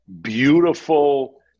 beautiful